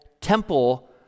temple